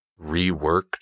reworked –